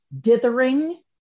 dithering